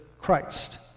Christ